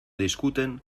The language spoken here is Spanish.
discuten